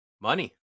Money